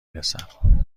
رسد